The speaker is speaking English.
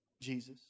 Jesus